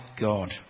God